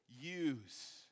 use